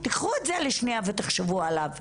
קחו את זה לשנייה ותחשבו עליו.